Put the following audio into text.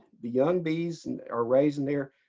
the young bees and are raising their,